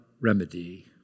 remedy